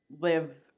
live